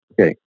Okay